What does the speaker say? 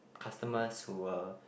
customers who were